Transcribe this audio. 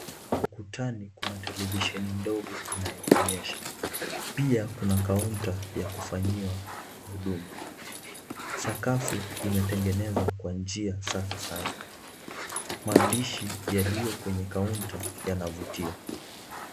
Ukutani kuna televisheni ndogo inayoonyesha, pia kuna kaunta ya kufanyia huduma. Sakafu imetengenezwa kwa njia safi sana. Maandishi yaliyokwenye kaunta yanavutia.